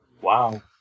Wow